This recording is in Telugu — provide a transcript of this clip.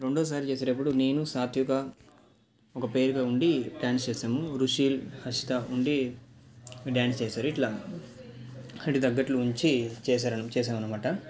రెండోసారి చేసేటప్పుడు నేను సాత్వికా ఒక పెయిర్గా ఉండి డ్యాన్స్ చేసాము రుషీల్ హర్షితా ఉండి ఈ డ్యాన్స్ చేసారు ఇట్లా వీటికి తగ్గట్లు ఉంచి చేసారు చేసారన్నమాట